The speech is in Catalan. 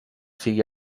sigui